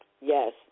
Yes